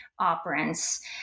operants